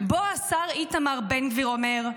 שבו השר איתמר בן גביר אומר: